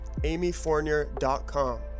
amyfournier.com